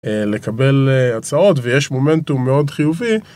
לקבל הצעות ויש מומנטום מאוד חיובי.